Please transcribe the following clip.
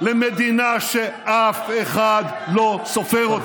למדינה שאף אחד לא סופר אותה,